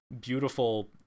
beautiful